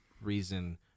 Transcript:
reason